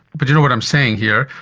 but you know what i'm saying here,